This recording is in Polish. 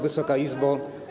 Wysoka Izbo!